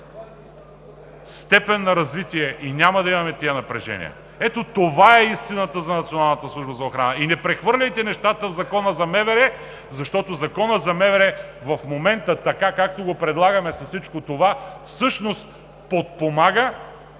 степен на развитие и няма да имаме тези напрежения. Ето това е истината за Националната служба за охрана. Не прехвърляйте нещата в Закона за МВР, защото Законът за МВР в момента така, както го предлагаме с всичко това, всъщност подпомага,